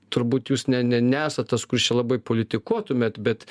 turbūt jūs ne ne nesat tas kuris čia labai politikuotumėt bet